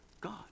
God